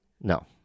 No